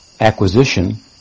acquisition